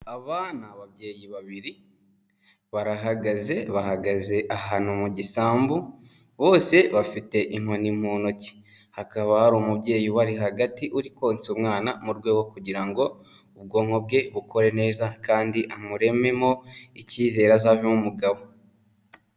Aba ni ababyeyi babiri barahagaze, bahagaze ahantu mu gisambu, bose bafite inkoni mu ntoki, hakaba hari umubyeyi ubari hagati uri konsa umwana, mu rwego rwo kugira ngo ubwonko bwe bukore neza kandi amurememo icyizere azavemo umugabo.